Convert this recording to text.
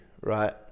right